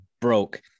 broke